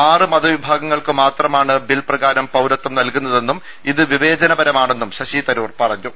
ആറ് മതവിഭാഗങ്ങൾക്കു മാത്രമാണ് ബിൽ പ്രകാരം പൌരത്വം നൽകുന്നതെന്നും ഇത് വിവേചനമാണെന്നും ശശി തരൂർ പറ ഞ്ഞു